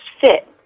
fit